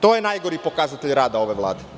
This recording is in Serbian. To je najgori pokazatelj rada ove Vlade.